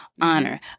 honor